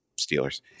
Steelers